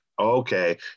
Okay